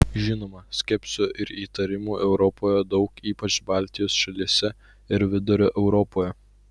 žinoma skepsio ir įtarimų europoje daug ypač baltijos šalyse ir vidurio europoje